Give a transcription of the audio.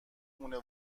مونه